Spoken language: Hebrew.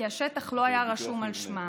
כי השטח לא היה רשום על שמם.